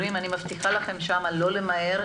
אני מבטיחה שלא נמהר שם,